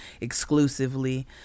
exclusively